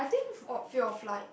oh fear of like